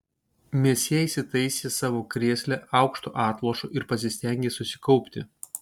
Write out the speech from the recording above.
mesjė įsitaisė savo krėsle aukštu atlošu ir pasistengė susikaupti